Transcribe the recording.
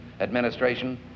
administration